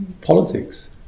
politics